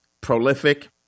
prolific